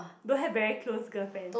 don't have very close girlfriend